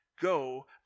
go